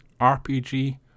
RPG